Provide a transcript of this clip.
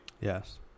Yes